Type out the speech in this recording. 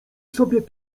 sobie